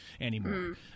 anymore